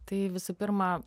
tai visų pirma